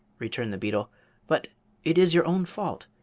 returned the beetle but it is your own fault.